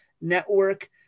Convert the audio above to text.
Network